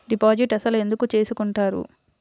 Deposit అసలు ఎందుకు చేసుకుంటారు?